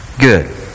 Good